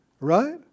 Right